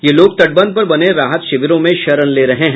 ये लोग तटबंध पर बने राहत शिविरों में शरण ले रहे हैं